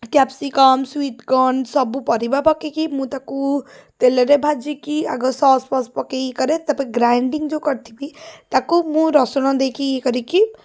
capsicum sweetcorn ସବୁ ପରିବା ପକେଇକି ମୁଁ ତାକୁ ତେଲରେ ଭାଜିକି ଆଗ ସସ୍ଫସ୍ ପକେଇକି କରେ ତା'ପରେ ଗ୍ରାଇଣ୍ଡିଙ୍ଗ ଯେଉଁ କରିଥିବି ତାକୁ ମୁଁ ରସୁଣ ଦେଇକି ଇଏ କରିକି